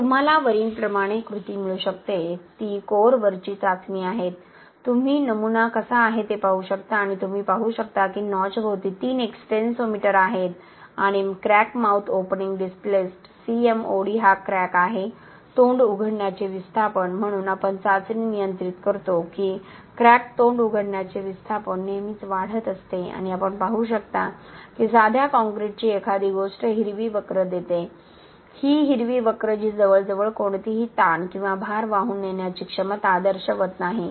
आणि तुम्हाला वरीलप्रमाणे कृती मिळू शकते ती कोअरवरची चाचणी आहेत तुम्ही नमुना कसा आहे ते पाहू शकता आणि तुम्ही पाहू शकता की नॉचभोवती तीन एक्सटेन्सोमीटर आहेत आणि crack mouth opening displace CMOD हा क्रॅक आहे तोंड उघडण्याचे विस्थापन म्हणूनआपण चाचणी नियंत्रित करतो की क्रॅक तोंड उघडण्याचे विस्थापन नेहमीच वाढत असते आणि आपण पाहू शकता की साध्या काँक्रीटची एखादी गोष्ट हिरवी वक्र देते ही हिरवी वक्र जी जवळजवळ कोणतीही ताण किंवा भार वाहून नेण्याची क्षमता दर्शवत नाही